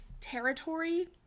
territory